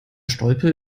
stolpe